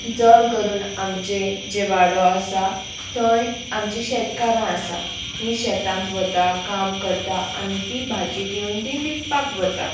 चड करून आमचे जे वाडो आसा थंय आमची शेतकारां आसा तीं शेतांत वता काम करता आनी तीं भाजी घेवन तीं विकपाक वता